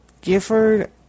Gifford